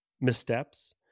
missteps